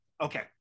Okay